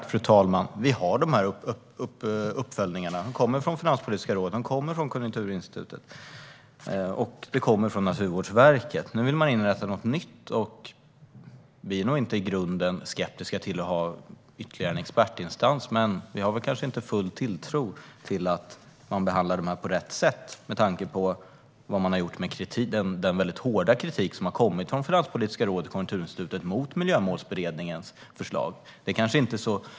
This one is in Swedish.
Fru talman! Vi har uppföljningarna som kommer från Finanspolitiska rådet, Konjunkturinstitutet och Naturvårdsverket. Nu vill man inrätta något nytt. Vi är nog inte i grunden skeptiska till att ha ytterligare en expertinstans, men vi har kanske inte full tilltro till att man behandlar dem på rätt sätt - med tanke på vad man gjort efter den mycket hårda kritik som har kommit från Finanspolitiska rådet och Konjunkturinstitutet mot Miljömålsberedningens förslag.